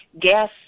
gas